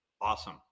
awesome